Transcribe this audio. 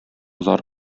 зар